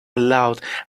loud